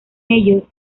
ello